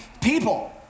people